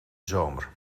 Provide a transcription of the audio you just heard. zomer